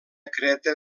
creta